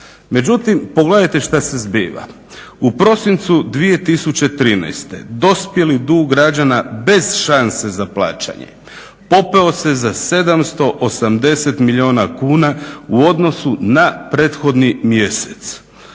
Međutim, pogledajte što se zbiva. U prosincu 2013. dospjeli dug građana bez šanse za plaćanje popeo se za 780 milijuna kuna u odnosu na prethodni mjesec,